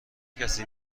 کسی